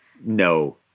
no